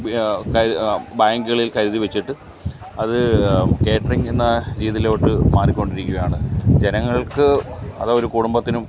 കരുതി ബാങ്കുകളിൽ കരുതി വെച്ചിട്ട് അത് കേറ്റ്റിംഗ് എന്ന രീതിയിലോട്ട് മാറിക്കൊണ്ടിരിക്കുകയാണ് ജനങ്ങൾക്ക് അതോ ഒരു കുടുംബത്തിനും